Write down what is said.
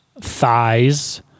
thighs